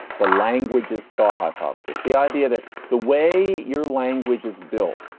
the language is thought hypothesis, the idea that the way your language is built,